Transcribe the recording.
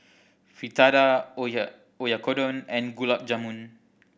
Fritada Oyakodon and Gulab Jamun